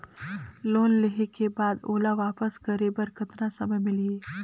Loan लेहे के बाद ओला वापस करे बर कतना समय मिलही?